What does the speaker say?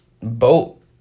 boat